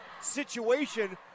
situation